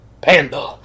Panda